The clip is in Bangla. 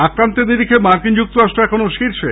আক্রান্তের নিরিখে মার্কিন যুক্তরাষ্ট্র এখনও শীর্ষে